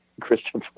Christopher